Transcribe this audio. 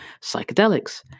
psychedelics